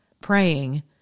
praying